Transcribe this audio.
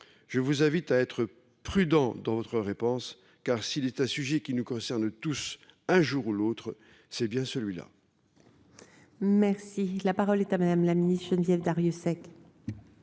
Je vous invite à être prudente dans votre réponse, car s’il est un sujet qui nous concerne tous un jour ou l’autre, c’est bien celui là. La parole est à Mme la ministre déléguée.